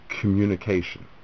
communication